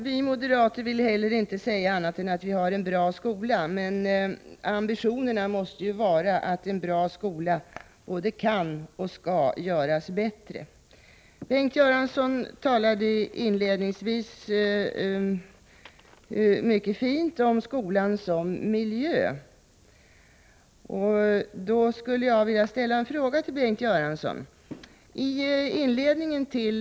Herr talman! Inte heller vi moderater vill säga annat än att den svenska skolan är bra, men ambitionen måste ju vara att en bra skola både kan och skall göras bättre. Bengt Göransson talade inledningsvis mycket fint om skolan som miljö. Jag skulle vilja ställa en fråga till Bengt Göransson. I inledningen till bil.